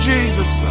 Jesus